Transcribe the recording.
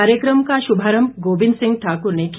कार्यक्रम का शुभारंभ गोविंद सिंह ठाकर ने किया